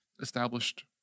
established